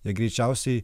jie greičiausiai